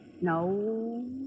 no